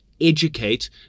educate